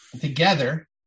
together